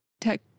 tech